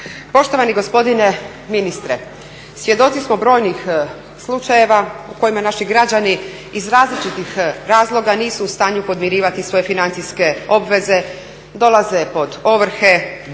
Poštovani gospodine ministre, svjedoci smo brojnih slučajeva u kojima naši građani iz različitih razloga nisu u stanju podmirivati svoje financijske obveze, dolaze pod ovrhe,